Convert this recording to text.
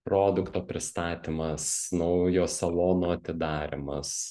produkto pristatymas naujo salono atidarymas